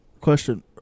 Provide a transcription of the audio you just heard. Question